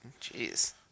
Jeez